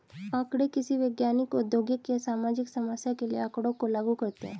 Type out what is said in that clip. आंकड़े किसी वैज्ञानिक, औद्योगिक या सामाजिक समस्या के लिए आँकड़ों को लागू करते है